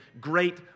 great